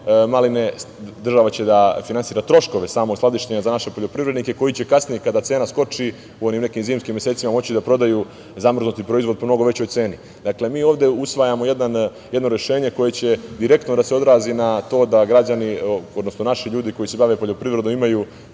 maline, država će da finansira troškove samog skladištenja za naše poljoprivrednike koji će kasnije, kada cena skoči, u onim nekim zimskim mesecima, moći da prodaju zamrznuti proizvod po mnogo većoj ceni. Dakle, mi ovde usvajamo jedno rešenje koje će direktno da se odrazi na to da građani, odnosno naši ljudi koji se bave poljoprivredom imaju